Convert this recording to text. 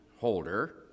holder